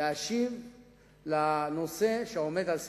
להשיב בנושא שעומד על סדר-היום.